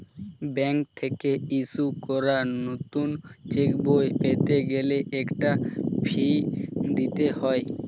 bank থেকে issue করা নতুন চেকবই পেতে গেলে একটা ফি দিতে হয়